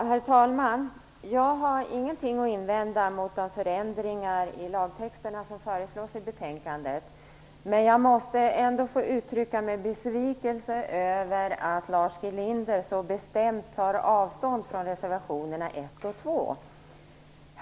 Herr talman! Jag har ingenting att invända mot de förändringar i lagtexterna som föreslås i betänkandet, men jag måste ändå få uttrycka min besvikelse över att Lars G Linder så bestämt tar avstånd från reservationerna 1 och 2.